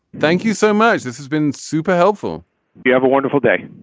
thank you so much. this has been super helpful you have a wonderful day.